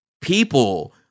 people